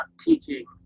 teaching